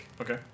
Okay